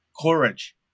courage